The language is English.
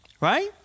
Right